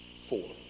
four